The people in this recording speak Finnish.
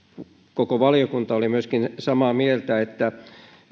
koko valiokunta oli samaa mieltä että